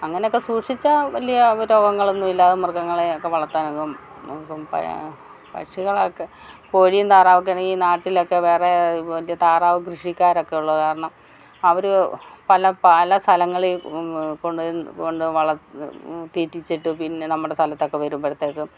അങ്ങനെയൊക്കെ സൂക്ഷിച്ചാൽ വലിയ രോഗങ്ങളൊന്നും ഇല്ലാതെ മൃഗങ്ങളയൊക്കെ വളർത്താനാകും ഇപ്പം പഷികളെയൊക്കെ കോഴിയും താറാവൊക്കെയാണെങ്കിൽ ഈ നാട്ടിലൊക്കെ വേറെ താറാവ് കൃഷിക്കാരൊക്കെയുള്ള കാരണം അവർ പല പല സ്ഥലങ്ങളിൽ കൊണ്ട് കൊണ്ട് തീറ്റിച്ചിട്ട് പിന്നെ നമ്മുടെ സ്ഥലത്തൊക്കെ വരുമ്പോഴത്തേയ്ക്കും